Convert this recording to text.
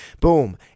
boom